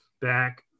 back